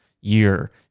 year